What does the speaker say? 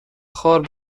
خوار